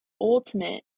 ultimate